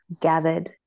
gathered